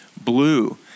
blue